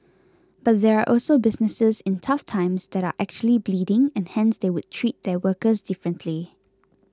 but there are also businesses in tough times that are actually bleeding and hence they would treat their workers differently